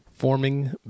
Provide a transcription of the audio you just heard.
Forming